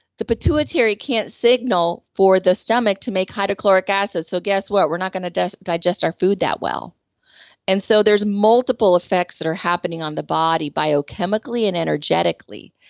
the pituitary can't signal for the stomach to make hydrochloric acid so guess what, we're not going to digest digest our food that well and so, there's multiple effects that are happening on the body biochemically and energetically.